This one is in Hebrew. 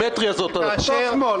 בגימטרייה זה אותו הדבר.